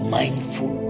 mindful